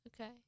Okay